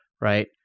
right